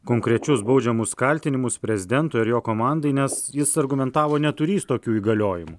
konkrečius baudžiamus kaltinimus prezidentui ar jo komandai nes jis argumentavo neturįs tokių įgaliojimų